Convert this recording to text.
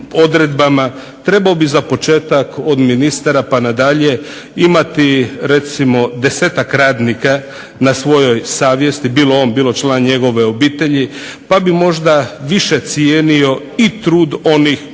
trebao bi za početak od ministara pa nadalje imati 10-tak radnika na svojoj savjesti bilo on bilo član njegove obitelji pa bi možda više cijenio i trud onih koji